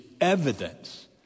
evidence